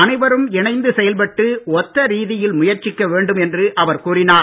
அனைவரும் இணைந்து செயல்பட்டு ஒத்த ரீதியில் முயற்சிக்க வேண்டும் என்று அவர் கூறினார்